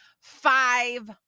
five